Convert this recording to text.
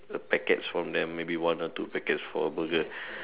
a packets from them maybe one or two packets for a Burger